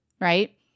right